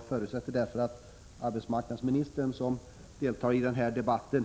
Jag förutsätter därför att arbetsmarknadsministern, som deltar i den här debatten,